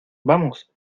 vamos